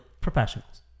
professionals